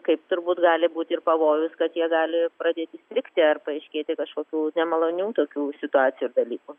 kaip turbūt gali būt ir pavojus kad jie gali pradėti strigti ar paaiškėti kažkokių nemalonių tokių situacijų ir dalykų